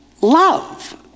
love